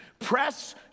Press